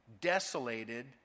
desolated